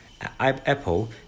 Apple